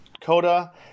Coda